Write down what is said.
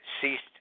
ceased